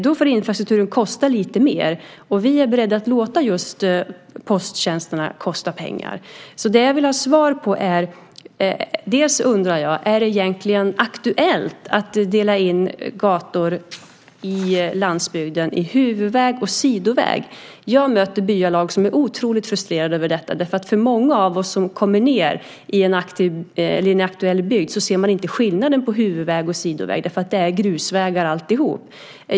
Då får infrastrukturen kosta lite mer, och vi är beredda att låta just posttjänsterna kosta pengar. Det jag vill ha svar på är först: Är det egentligen aktuellt att dela in vägar på landsbygden i huvudväg och sidoväg? Jag möter byalag som är otroligt frustrerade över detta. Många av oss som kommer till en aktuell bygd ser inte skillnad på huvudväg och sidoväg, för det är grusvägar alltihop.